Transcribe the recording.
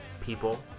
people